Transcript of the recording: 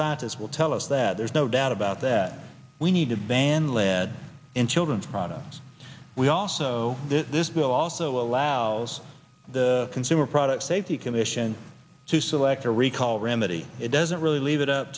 scientists will tell us that there's no doubt about that we need to ban lead in children's products we also this bill also allows the consumer product safety commission to select a recall remedy it doesn't really leave it up